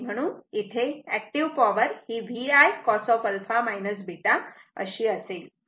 आणि म्हणून इथे एक्टीव्ह पॉवर ही V I cos α β अशी असेल